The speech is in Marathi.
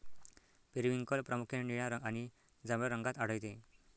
पेरिव्हिंकल प्रामुख्याने निळ्या आणि जांभळ्या रंगात आढळते